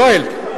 יואל,